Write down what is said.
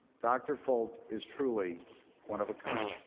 dr. folt is truly one of a kind